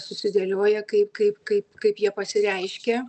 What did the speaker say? susidėlioja kaip kaip kaip kaip jie pasireiškia